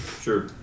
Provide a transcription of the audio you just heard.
Sure